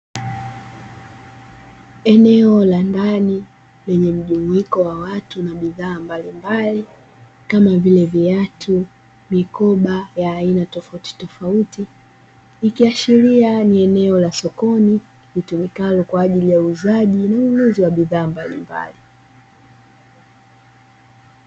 Eneo la ndani lenye mjumuiko wa watu na bidhaa mbalimbali kama vile viatu, mikoba ya aina tofautitofauti, ikiashiria ni eneo la sokoni litumikalo kwa ajili ya uuzaji na ununuzi wa bidhaa mbalimbali.